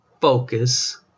focus